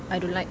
I don't like